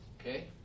Okay